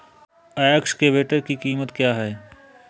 Excavator की कीमत क्या है?